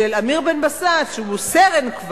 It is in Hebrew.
אמיר בן-בסט, שהוא כבר סרן.